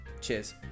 Cheers